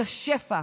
את השפע,